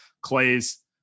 Clay's